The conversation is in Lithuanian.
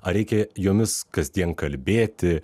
ar reikia jomis kasdien kalbėti